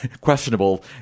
questionable